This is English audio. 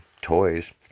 toys